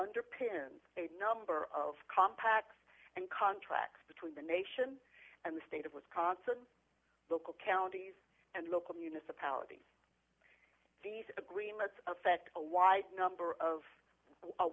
underpins a number of contacts and contracts between the nation and the state of wisconsin local counties and local municipalities these agreements affect a wide number of a